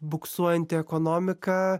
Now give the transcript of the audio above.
buksuojanti ekonomika